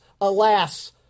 alas